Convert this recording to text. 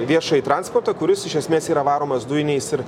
viešąjį transportą kuris iš esmės yra varomas dujiniais ir